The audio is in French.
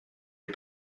les